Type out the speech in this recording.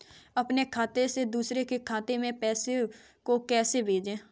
अपने खाते से दूसरे के खाते में पैसे को कैसे भेजे?